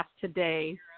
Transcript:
today